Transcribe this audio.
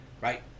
Right